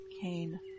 Cain